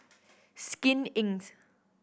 Skin Inc